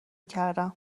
کردم